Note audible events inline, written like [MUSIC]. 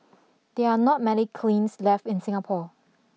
there are not many [UNINTELLIGIBLE] left in Singapore